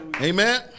Amen